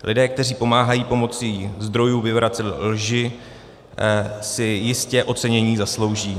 Lidé, kteří pomáhají pomocí zdrojů vyvracet lži, si jistě ocenění zaslouží.